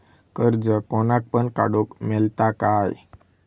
कर्ज कोणाक पण काडूक मेलता काय?